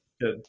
Good